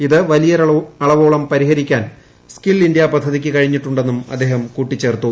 ഇത് വലിയൊരളവോളം പരിഹരിക്കാൻ സ്കിൽ ഇന്ത്യ പദ്ധതിക്ക് കഴിഞ്ഞിട്ടുണ്ടെന്നും അദ്ദേഹം കൂട്ടിച്ചേർത്തു